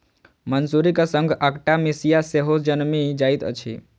मसुरीक संग अकटा मिसिया सेहो जनमि जाइत अछि